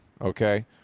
okay